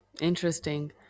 interesting